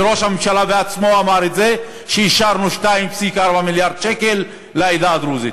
וראש הממשלה בעצמו אמר את זה: אישרנו 2.4 מיליארד שקל לעדה הדרוזית,